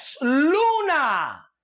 Luna